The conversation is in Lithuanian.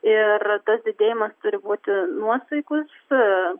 ir tas didėjimas turi būti nuosaikus